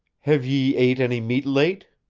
have ye ate any meat late?